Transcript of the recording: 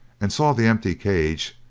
and saw the empty cage,